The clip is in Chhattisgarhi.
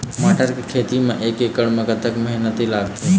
मटर के खेती म एक एकड़ म कतक मेहनती लागथे?